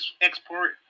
export